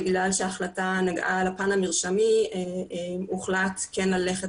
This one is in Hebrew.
בגלל שההחלטה נגעה לפן המרשמי הוחלט כן ללכת